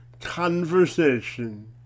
conversation